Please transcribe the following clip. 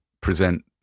present